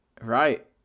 Right